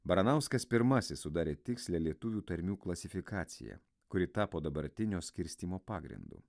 baranauskas pirmasis sudarė tikslią lietuvių tarmių klasifikaciją kuri tapo dabartinio skirstymo pagrindu